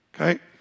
Okay